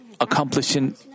accomplishing